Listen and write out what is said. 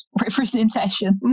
representation